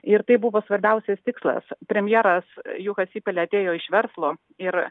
ir tai buvo svarbiausias tikslas premjeras juha sipilė atėjo iš verslo ir